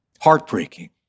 Heartbreaking